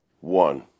one